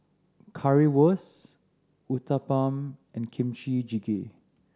Currywurst Uthapam and Kimchi Jjigae